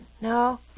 No